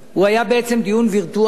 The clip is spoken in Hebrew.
הוא היה בעצם דיון וירטואלי,